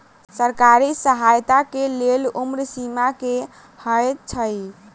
सरकारी सहायता केँ लेल उम्र सीमा की हएत छई?